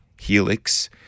Helix